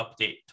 update